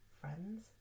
Friends